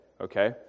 okay